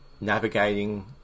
navigating